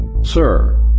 Sir